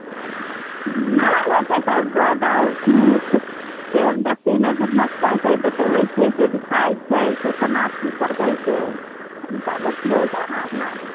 नहि होइ छै सर ठीक से देखथिन ने चलै छियै तऽ दुखाइ छै से केना की करबै से कनिटा देखियौ अहाँ अपनासँ